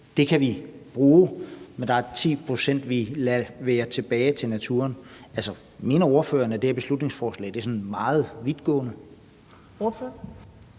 havet kan vi bruge, men der er 10 pct., vi lader være tilbage til naturen. Mener ordføreren, at det her beslutningsforslag er meget vidtgående?